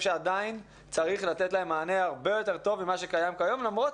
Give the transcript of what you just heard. שעדיין צריך לתת להם מענה הרבה יותר טוב מכפי שקיים כיום למרות